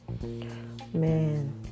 Man